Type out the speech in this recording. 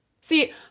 See